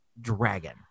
Dragon